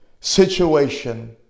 situation